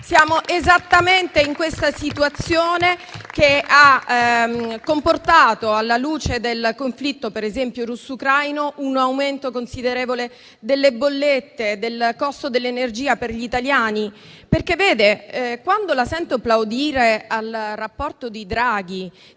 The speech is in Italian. Siamo esattamente in questa situazione che ha comportato, alla luce del conflitto russo-ucraino, un aumento considerevole delle bollette e del costo dell'energia per gli italiani. Quando la sento plaudire al rapporto di Draghi